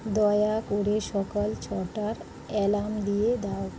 দয়া করে সকাল ছটার অ্যালার্ম দিয়ে দাও